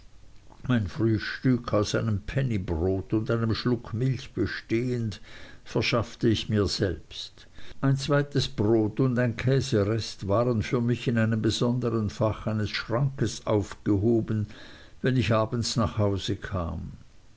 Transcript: mein frühstück aus einem pennybrot und einem schluck milch bestehend verschaffte ich mir selbst ein zweites brot und ein käserest waren für mich in einem besondern fach eines schrankes aufgehoben wenn ich abends nach hause kam